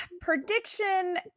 prediction